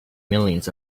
millions